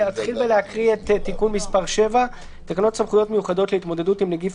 אקריא את תיקון מס' 7. תקנות סמכויות מיוחדות להתמודדות עם נגיף